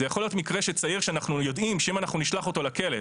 זה יכול להיות מקרה של צעיר שאנחנו יודעים שאם אנחנו נשלח אותו לכלא,